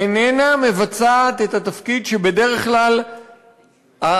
איננה מבצעת את התפקיד שבדרך כלל הגורמים